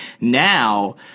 Now